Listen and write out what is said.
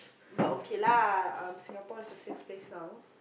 but okay lah um Singapore is a safe place now